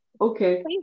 okay